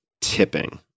tipping